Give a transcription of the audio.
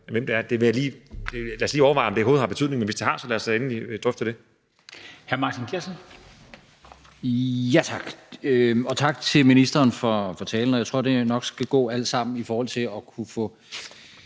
Lad os lige overveje, om det overhovedet har betydning. Men hvis det har, så lad os da endelig drøfte det.